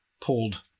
pulled